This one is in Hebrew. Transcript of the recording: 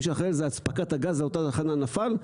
מי שאחראי על אספקת הגז לאותה תחנה נפל,